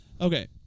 Okay